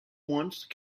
once